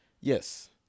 Yes